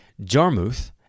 Jarmuth